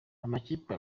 amakipe